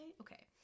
okay